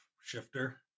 shifter